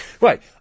right